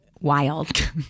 wild